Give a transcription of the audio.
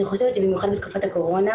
אני חושבת שבמיוחד בתקופת הקורונה,